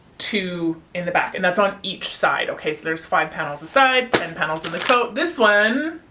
two in the back and that's on each side. okay so theirs five panels a side, ten panels in the coat. this one